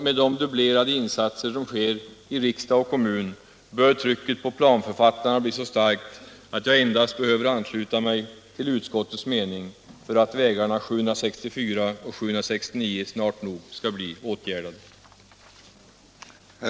Med de dubblerade insatser som sker i riksdag och kommun bör trycket på planförfattarna bli så starkt, att jag endast behöver ansluta mig till utskottets mening för att vägarna 764 och 769 snart nog skall bli åtgärdade.